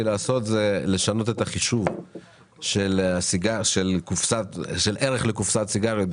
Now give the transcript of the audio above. לעשות זה לשנות את החישוב של ערך לקופסת סיגריות,